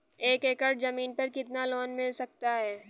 एक एकड़ जमीन पर कितना लोन मिल सकता है?